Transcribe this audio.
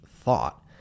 thought